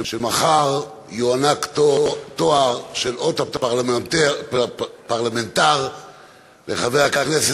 שמחר יוענק תואר של אות הפרלמנטר לחבר הכנסת